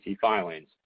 filings